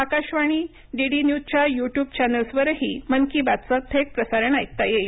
Akashvani DD न्यूजच्या YouTube चॅनेल्सवरही मन की बातचं थेट प्रसारण ऐकता येईल